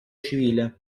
civile